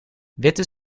witte